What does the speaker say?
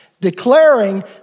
declaring